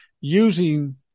using